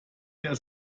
her